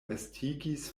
estigis